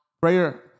prayer